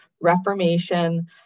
reformation